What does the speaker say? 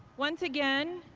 once again,